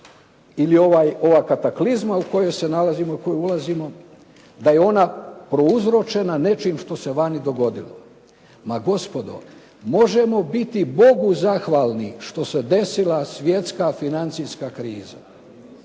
ili ova kataklizma u kojoj se nalazimo, u koju ulazimo, da je ona prouzročena nečim što se vani dogodilo. Ma gospodo, možemo biti Bogu zahvalni što se desila svjetska financijska kriza.